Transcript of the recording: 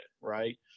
Right